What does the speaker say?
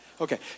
Okay